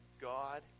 God